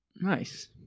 Nice